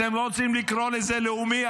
אתם לא רוצים לקרוא לזה לאומי?